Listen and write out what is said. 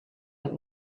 that